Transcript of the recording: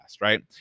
Right